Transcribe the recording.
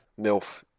Milf